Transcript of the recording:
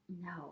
No